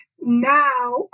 now